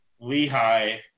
Lehigh